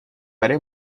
برای